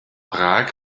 prag